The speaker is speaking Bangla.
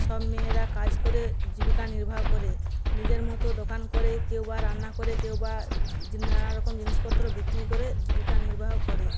সব মেয়েরা কাজ করে জীবিকা নির্বাহ করে নিজের মতো দোকান করে কেউ বা রান্না করে কেউ বা নানারকম জিনিসপত্র বিক্রি করে জীবিকা নির্বাহ করে